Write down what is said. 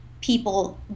people